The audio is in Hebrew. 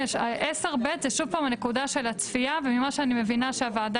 10(ב) זה שוב הנקודה של הצפייה וממה שאני מבינה שהוועדה